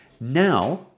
Now